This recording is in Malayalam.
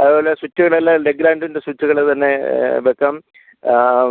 അത്പോലെ സ്വിച്ചുകളെല്ലാം ലെഗ്രാൻഡിൻ്റെ സ്വിച്ചുകൾ തന്നെ വെക്കാം